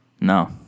no